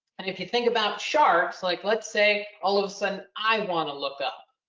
and if you think about sharks, like let's say all of a sudden i want to look up,